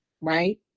right